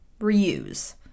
reuse